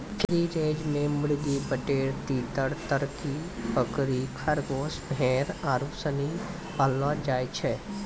free range मे मुर्गी, बटेर, तीतर, तरकी, बकरी, खरगोस, भेड़ आरु सनी पाललो जाय छै